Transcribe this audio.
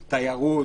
תיירות,